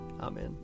amen